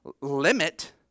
limit